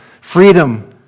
freedom